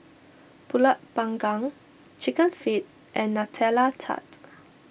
Pulut Panggang Chicken Feet and Nutella Tart